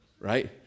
Right